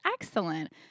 excellent